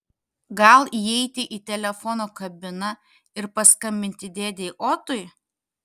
gal įeiti į telefono kabiną ir paskambinti dėdei otui